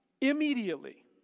immediately